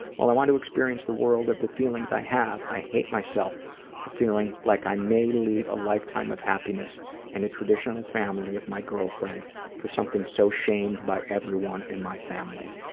while i want to experience the world of the feelings i have, i hate myself for feeling like i may leave a lifetime of happiness and a traditional family with my girlfriend for something so shamed by everyone in my family.